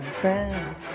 friends